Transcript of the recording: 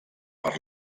per